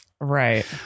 Right